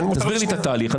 תסביר לי את התהליך.